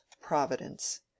Providence